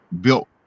built